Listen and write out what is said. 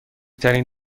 ترین